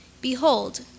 behold